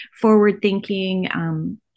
forward-thinking